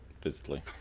physically